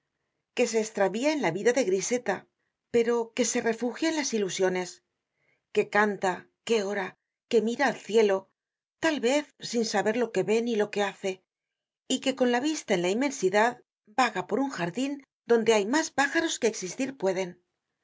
que se estravía en la vida de griseta pero que se refugia en las ilusiones que canta que ora que mira al cielo tal vez sin saber lo que ve ni lo que hace y que con la vista en la inmensidad vaga por un jardin donde hay mas pájaros que existir pueden